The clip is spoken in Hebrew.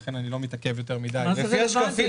לכן אני לא מתעכב יותר מדי --- מה זה רלוונטי?